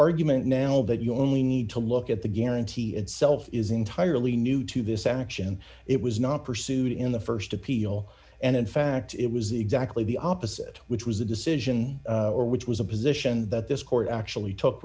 argument now that you only need to look at the guarantee itself is entirely new to this action it was not pursued in the st appeal and in fact it was exactly the opposite which was a decision or which was a position that this court actually t